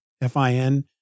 F-I-N